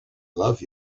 love